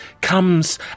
comes